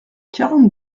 quarante